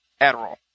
Adderall